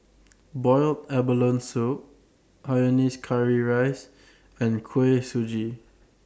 boiled abalone Soup Hainanese Curry Rice and Kuih Suji